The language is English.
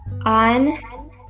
on